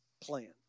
plan